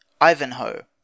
Ivanhoe